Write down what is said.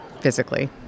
physically